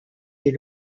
est